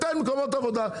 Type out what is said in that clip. תן מקומות עבודה,